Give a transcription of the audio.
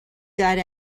got